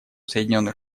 соединенных